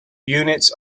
units